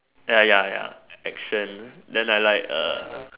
ya ya ya action then I like err